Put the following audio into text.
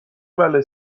بلایی